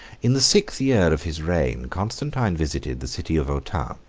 in the sixth year of his reign, constantine visited the city of autun,